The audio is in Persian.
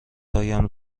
هایم